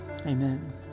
amen